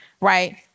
right